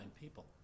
people